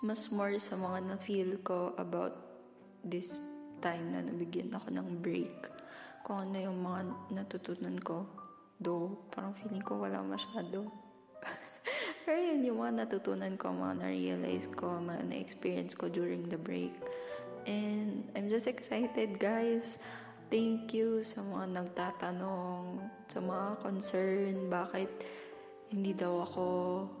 mas more sa mga na-feel ko about this time na nabigyan ako ng break. Kung ano yung mga natutunan ko, though, parang feeling ko wala masyado. Pero yun, yung mga natutunan ko, mga na-realize ko, mga na- na-experience ko during the break. And I'm just excited, guys. Thank you sa mga nagtatanong, sa mga concern, bakit hindi daw ako